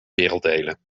werelddelen